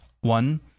One